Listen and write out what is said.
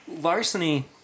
Larceny